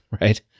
right